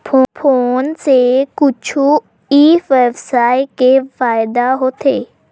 Phone से कुछु ई व्यवसाय हे फ़ायदा होथे?